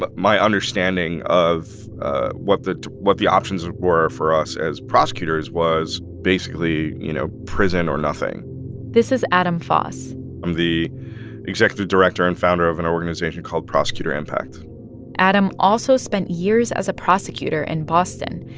but my understanding of what the what the options were for us as prosecutors was basically, you know, prison or nothing this is adam foss i'm the executive director and founder of an organization called prosecutor impact adam also spent years as a prosecutor in boston.